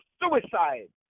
suicide